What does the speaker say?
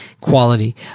quality